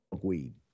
weed